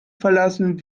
verlassen